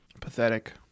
Pathetic